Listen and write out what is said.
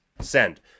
Send